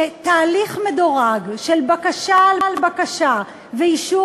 שתהליך מדורג של בקשה על בקשה ואישור